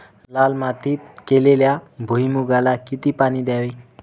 लाल मातीत केलेल्या भुईमूगाला किती पाणी द्यावे?